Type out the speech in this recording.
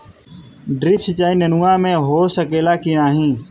Drip सिंचाई नेनुआ में हो सकेला की नाही?